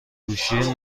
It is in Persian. گوشی